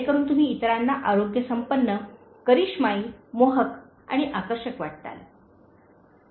जेणेकरून तुम्ही इतरांना आरोग्यसंपन्न करिष्माई मोहक आणि आकर्षक वाटताल